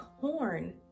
Corn